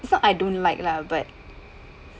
it's not I don't like lah but